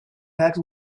that